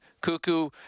Cuckoo